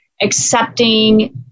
Accepting